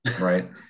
right